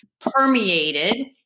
permeated